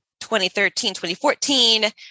2013-2014